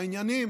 כשהעניינים